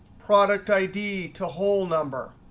product id to whole number,